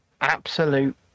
absolute